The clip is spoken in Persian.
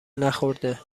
نخورده